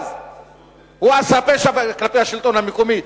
הוא עשה פשע כלפי השלטון המקומי,